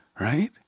right